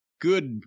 good